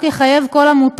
ממומנת